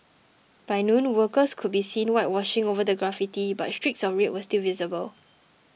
by noon workers could be seen whitewashing over the graffiti but streaks of red were still visible